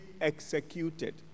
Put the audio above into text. executed